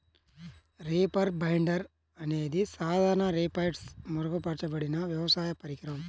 reaper binder అనేది సాధారణ రీపర్పై మెరుగుపరచబడిన వ్యవసాయ పరికరం